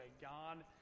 God